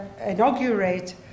inaugurate